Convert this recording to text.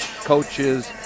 coaches